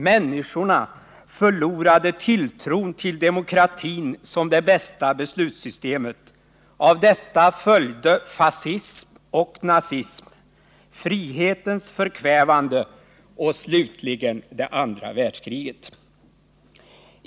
Människorna förlorade tilltron till demokratin som det bästa beslutssystemet. Av detta följde fascism och nazism, frihetens förkvävande och slutligen det andra världskriget.